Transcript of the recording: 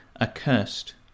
accursed